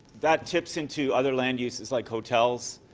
that tips into other land uses like hotels,